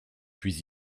puis